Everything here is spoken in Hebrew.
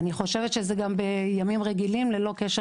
אני חושבת שזה גם בימים רגילים ללא קשר